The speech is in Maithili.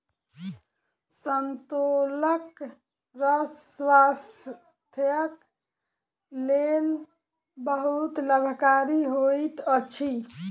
संतोलाक रस स्वास्थ्यक लेल बहुत लाभकारी होइत अछि